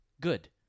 good